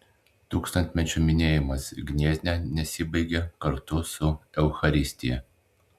tūkstantmečio minėjimas gniezne nesibaigė kartu su eucharistija